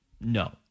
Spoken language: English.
No